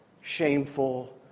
shameful